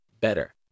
better